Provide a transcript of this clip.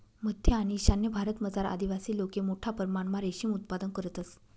मध्य आणि ईशान्य भारतमझार आदिवासी लोके मोठा परमणमा रेशीम उत्पादन करतंस